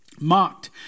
Mocked